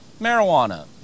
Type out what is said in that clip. Marijuana